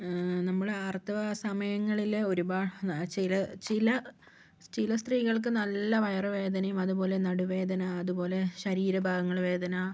നമ്മള് ആർത്തവ സമയങ്ങളില് ഒരുപാട് ചില ചില സ്ത്രീകൾക്ക് നല്ല വയറുവേദനയും അതുപോലെ നടുവേദന അതുപോലെ ശരീര ഭാഗങ്ങള് വേദന